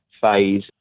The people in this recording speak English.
phase